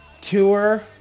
Tour